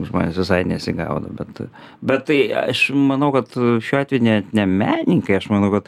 žmonės visai nesigaudo bet bet tai aš manau kad šiuo atveju net ne menininkai aš manau kad